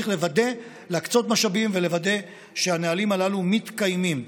צריך להקצות משאבים ולוודא שהנהלים הללו מתקיימים.